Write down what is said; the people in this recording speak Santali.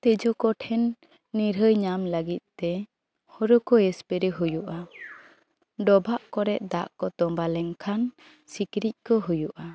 ᱛᱮᱡᱩ ᱠᱚᱴᱷᱮᱱ ᱱᱤᱨᱟᱹᱭ ᱧᱟᱢ ᱞᱟᱹᱜᱤᱫ ᱛᱮ ᱦᱳᱨᱳ ᱠᱚ ᱥᱯᱮᱨᱮ ᱦᱩᱭᱩᱜᱼᱟ ᱰᱚᱵᱷᱟᱜ ᱠᱚᱨᱮ ᱫᱟᱜ ᱠᱚ ᱛᱚᱵᱷᱟᱣ ᱞᱮᱱᱠᱷᱟᱱ ᱥᱤᱠᱲᱤᱡ ᱠᱚ ᱦᱩᱭᱩᱜᱼᱟ